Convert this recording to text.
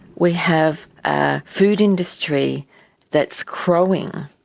we have a food industry that's crowing,